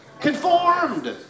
conformed